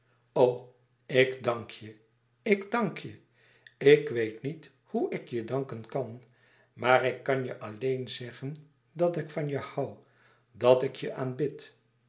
ik dank je ik dank je ik weet niet hoe ik je danken kan maar ik kan je alleen zeggen dat ik van je hoû dat ik je aanbid